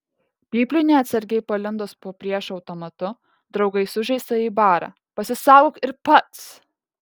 pypliui neatsargiai palindus po priešo automatu draugai sužeistąjį bara pasisaugok ir pats